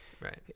right